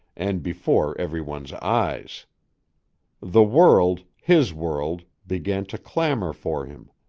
and before every one's eyes the world, his world, began to clamor for him.